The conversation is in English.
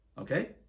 Okay